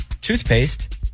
toothpaste